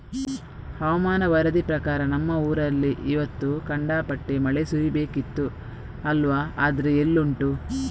ಹವಾಮಾನ ವರದಿ ಪ್ರಕಾರ ನಮ್ಮ ಊರಲ್ಲಿ ಇವತ್ತು ಖಂಡಾಪಟ್ಟೆ ಮಳೆ ಸುರೀಬೇಕಿತ್ತು ಅಲ್ವಾ ಆದ್ರೆ ಎಲ್ಲುಂಟು